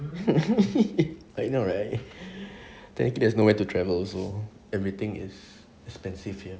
you know right technically there's nowhere to travel also everything is expensive here